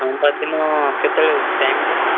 ସୋମବାର ଦିନ କେତେବେଳେ ହେଉଛି ଟାଇମ୍ଟା